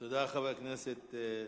תודה, חבר הכנסת השיח'